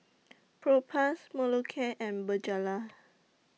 Propass Molicare and Bonjela